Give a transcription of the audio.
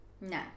No